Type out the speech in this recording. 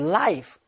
life